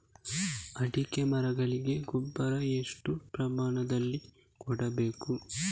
ಅಡಿಕೆ ಮರಗಳಿಗೆ ಗೊಬ್ಬರ ಎಷ್ಟು ಪ್ರಮಾಣದಲ್ಲಿ ಕೊಡಬೇಕು?